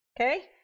Okay